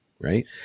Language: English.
right